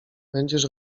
będziesz